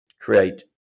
create